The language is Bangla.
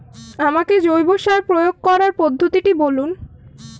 আমাকে জৈব সার প্রয়োগ করার পদ্ধতিটি বলুন?